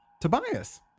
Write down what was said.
Tobias